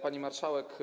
Pani Marszałek!